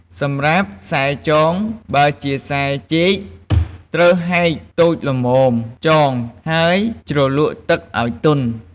សម្រាប់ខ្សែចង បើជាខ្សែចេក ត្រូវហែកតូចល្មមចង ហើយជ្រលក់ទឹកឱ្យទន់។